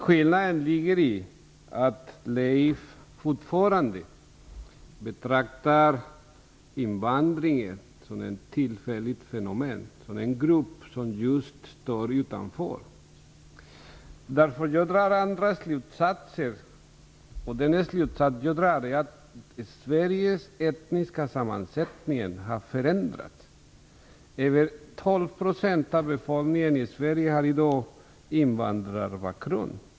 Skillnaden ligger i att Leif Blomberg fortfarande betraktar invandringen som ett tillfälligt fenomen och invandrarna som en grupp som står utanför. Jag drar en annan slutsats, nämligen att Sveriges etniska sammansättning har förändrats. 12 % av befolkningen i Sverige har i dag invandrarbakgrund.